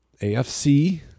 AFC